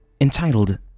entitled